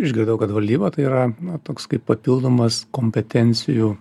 išgirdau kad valdyba tai yra na toks kaip papildomas kompetencijų